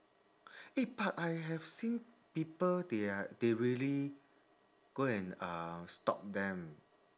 eh but I have seen people they are they really go and uh stop them